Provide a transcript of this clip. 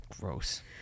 gross